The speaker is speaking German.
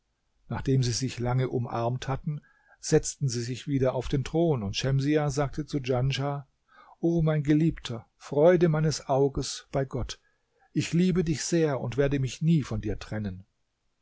nachdem sie sich lange umarmt hatten setzten sie sich wieder auf den thron und schemsiah sagte zu djanschah o mein geliebter freude meines auges bei gott ich liebe dich sehr und werde mich nie von dir trennen